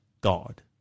God